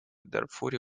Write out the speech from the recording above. дарфуре